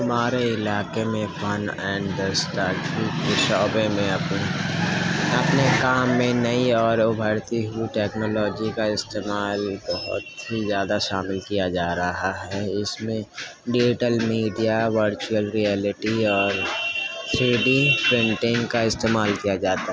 ہمارے علاقے میں فن اینڈ اسٹیٹجک کے شعبے میں یا پھر اپنے کام میں نئی اور ابھرتی ہوئی ٹیکنالوجی کا استعمال بہت ہی زیادہ شامل کیا جا رہا ہے اس میں ڈجیٹل میڈیا ورچوئل ریئلٹی اور سی ڈی کنٹین کا استعمال کیا جاتا ہے